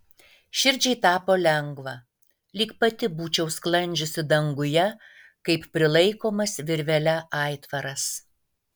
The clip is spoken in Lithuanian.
širdžiai tapo lengva lyg pati būčiau sklandžiusi danguje kaip prilaikomas virvele aitvaras